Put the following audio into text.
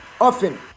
often